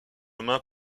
mains